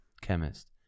chemist